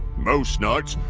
most nights,